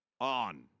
on